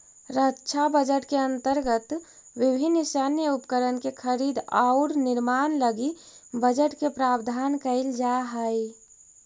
रक्षा बजट के अंतर्गत विभिन्न सैन्य उपकरण के खरीद औउर निर्माण लगी बजट के प्रावधान कईल जाऽ हई